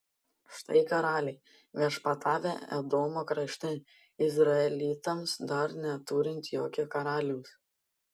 štai karaliai viešpatavę edomo krašte izraelitams dar neturint jokio karaliaus